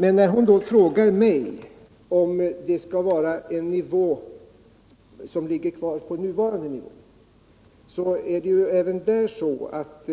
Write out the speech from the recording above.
Men när Lilly Hansson sedan frågade mig om beredskapsnivån skall vara den nuvarande nivån måste jag påpeka att